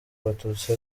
abatutsi